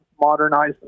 modernize